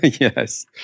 Yes